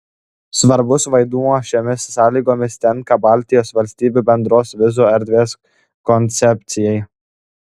svarbus vaidmuo šiomis sąlygomis tenka baltijos valstybių bendros vizų erdvės koncepcijai